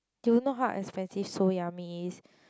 do you know how expensive Seoul Yummy is